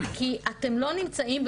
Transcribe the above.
כי אתם לא נמצאים,